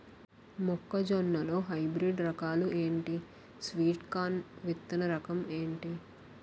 మొక్క జొన్న లో హైబ్రిడ్ రకాలు ఎంటి? స్వీట్ కార్న్ విత్తన రకం ఏంటి?